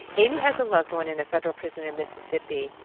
amy has a loved one in a federal prison in mississippi.